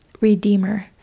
redeemer